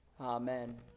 Amen